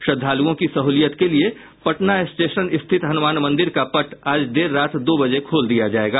श्रद्दालुओं की सहुलियत के लिये पटना स्टेशन स्थित हनुमान मंदिर का पट आज देर रात दो बजे खोल दिया जायेगा